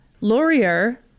Laurier